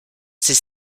s’est